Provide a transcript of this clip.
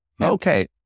Okay